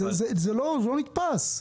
זה לא נתפס.